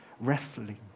wrestling